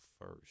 first